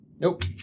Nope